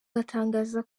gatangaza